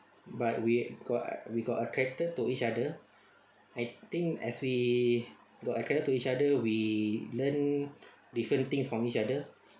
but we got we got attracted to each other I think as we got attracted to each other we learn different things from each other